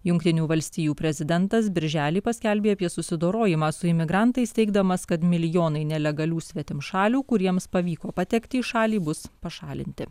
jungtinių valstijų prezidentas birželį paskelbė apie susidorojimą su imigrantais teigdamas kad milijonai nelegalių svetimšalių kuriems pavyko patekti į šalį bus pašalinti